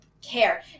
care